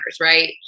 right